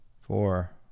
four